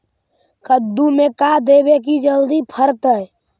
कददु मे का देबै की जल्दी फरतै?